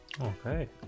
Okay